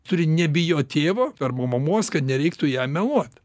turi nebijot tėvo arba mamos kad nereiktų jam meluot